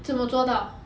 怎么抓到